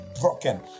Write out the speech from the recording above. broken